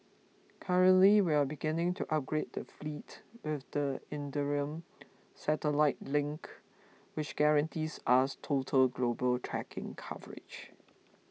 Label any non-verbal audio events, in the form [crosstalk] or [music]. currently we are beginning to upgrade the fleet with the [unintelligible] satellite link which guarantees us total global tracking coverage